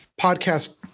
podcast